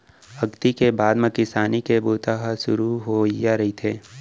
अक्ती के बाद म किसानी के बूता ह सुरू होवइया रहिथे